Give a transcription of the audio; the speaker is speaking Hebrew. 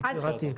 יקירתי.